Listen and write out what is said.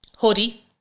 Hoodie